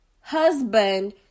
husband